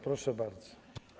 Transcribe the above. Proszę bardzo.